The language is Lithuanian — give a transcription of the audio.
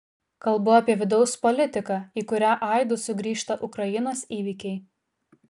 kalbu apie vidaus politiką į kurią aidu sugrįžta ukrainos įvykiai